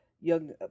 young